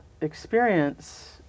experience